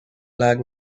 leg